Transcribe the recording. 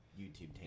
YouTube